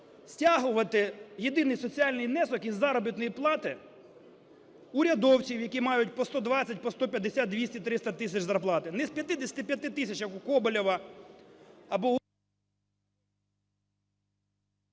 стягувати єдиний соціальний внесок із заробітної плати урядовців, які мають по 120, по 150, 200, 300 тисяч зарплати. Не з 55 тисяч, як у Коболєва, або…